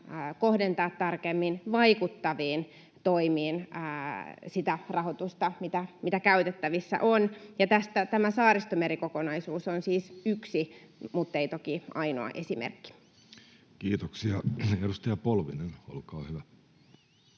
kohdentaa tarkemmin vaikuttaviin toimiin sitä rahoitusta, mitä käytettävissä on. Tästä tämä Saaristomeri-kokonaisuus on siis yksi mutta ei toki ainoa esimerkki. Kiitoksia. — Edustaja Polvinen, olkaa hyvä.